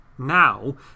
Now